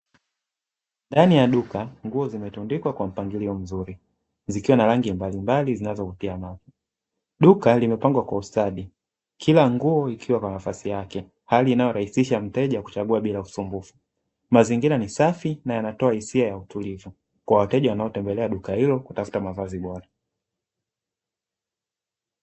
Ndani ya duka nguo zimetundikwa kwa mpangilio mzuri, zikiwa na rangi mbalimbali zinazovutia macho. Duka limepangwa kwa ustadi kila nguo ikiwa kwa nafasi yake hali inayorahisisha mteja kuchagua bila usumbufu, mazingira ni safi na yanatoa hisia ya utulivu kwa wateja wanaotembelea duka hilo kutafuta mavazi bora.